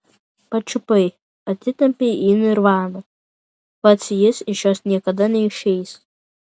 pačiupai atitempei į nirvaną pats jis iš jos niekada neišeis